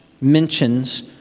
mentions